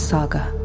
Saga